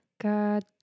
God